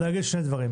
אני אגיד שני דברים.